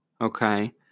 Okay